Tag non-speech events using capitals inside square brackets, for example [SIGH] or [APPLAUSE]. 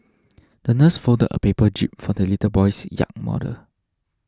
[NOISE] the nurse folded a paper jib for the little boy's yacht model